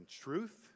truth